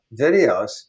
videos